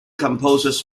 composes